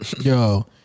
Yo